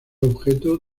objeto